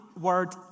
word